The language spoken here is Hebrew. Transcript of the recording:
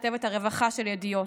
כתבת הרווחה של ידיעות: